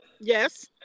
Yes